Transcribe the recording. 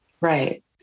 Right